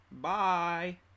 Bye